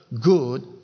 good